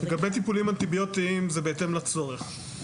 לגבי טיפולים אנטיביוטיים, זה בהתאם לצורך.